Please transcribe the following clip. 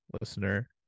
listener